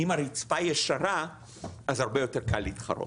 הרצפה היא ישרה אז הרבה יותר קל להתחרות.